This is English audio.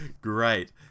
Great